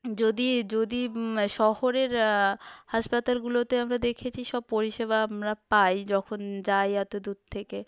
যদি যদি শহরের হাসপাতালগুলোতে আমরা দেখেছি সব পরিষেবা আমরা পাই যখন যাই এত দূর থেকে